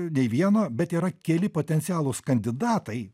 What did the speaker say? nei vieno bet yra keli potencialūs kandidatai